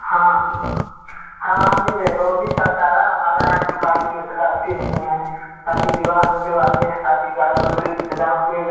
हाँ हाँ मिल जाएगा वो भी सारा हमारा जो गाड़ी में सजावटी होता है शादी विवाह में जो आते हैं शादी गाड़ी सजावट के लिए